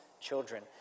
children